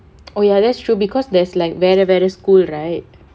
oh ya that's true because there's like வேற வேற:vera vera school right